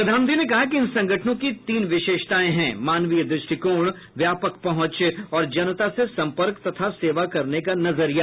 प्रधानमंत्री ने कहा कि इन संगठनों की तीन विशेषताएं हैं मानवीय द्रष्टिकोण व्यापक पहुंच और जनता से सम्पर्क तथा सेवा करने का नजरिया